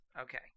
Okay